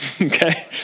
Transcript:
okay